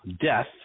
death